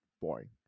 boring